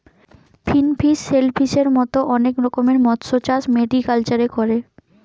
finfish, শেলফিসের মত অনেক রকমের মৎস্যচাষ মেরিকালচারে করে